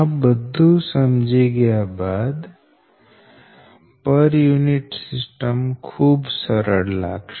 આ બધું સમજી ગયા બાદ પર યુનિટ સિસ્ટમ ખૂબ સરળ લાગશે